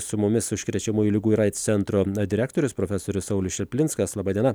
su mumis užkrečiamųjų ligų ir aids centro direktorius profesorius saulius čaplinskas laba diena